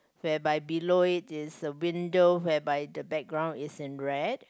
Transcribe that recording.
whereby below it is a window whereby the background is in red